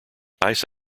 ice